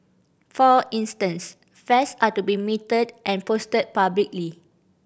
for instance fares are to be metered and posted publicly